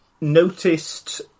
noticed